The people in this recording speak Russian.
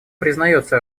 признается